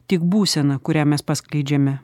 tik būsena kurią mes paskleidžiame